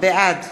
בעד